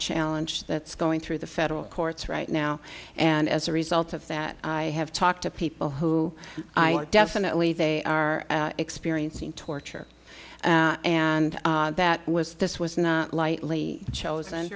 challenge that's going through the federal courts right now and as a result of that i have talked to people who are definitely they are experiencing torture and that was this was not lightly chosen